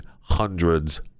hundreds